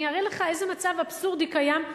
אני אראה לך איזה מצב אבסורדי קיים.